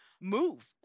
move